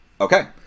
Okay